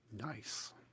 nice